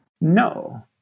No